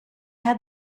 had